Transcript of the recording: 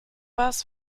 was